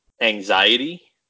anxiety